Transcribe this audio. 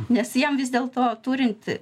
nes jiem vis dėlto turint